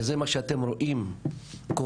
וזה מה שאתם רואים קורה,